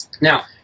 Now